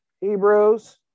Hebrews